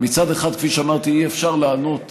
מצד אחד, כפי שאמרתי, אי-אפשר לענות